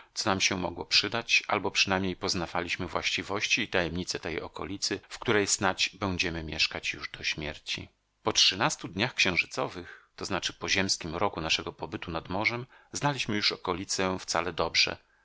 nam się mogło przydać albo przynajmniej poznawaliśmy właściwości i tajemnice tej okolicy w której snadź będziemy mieszkać już do śmierci po trzynastu dniach księżycowych to znaczy po ziemskim roku naszego pobytu nad morzem znaliśmy już okolicę wcale dobrze